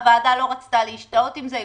הוועדה לא רצתה להשתהות עם זה,